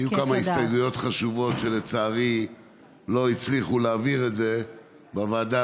היו כמה הסתייגויות חשובות שלצערי לא הצליחו להעביר אותן בוועדה,